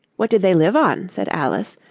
what did they live on said alice,